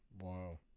Wow